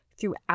throughout